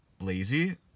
lazy